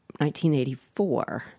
1984